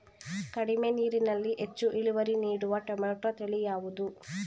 ಕಡಿಮೆ ನೀರಿನಲ್ಲಿ ಹೆಚ್ಚು ಇಳುವರಿ ನೀಡುವ ಟೊಮ್ಯಾಟೋ ತಳಿ ಯಾವುದು?